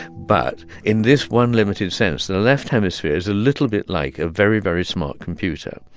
but in this one, limited sense, the left hemisphere is a little bit like a very, very smart computer.